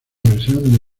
versión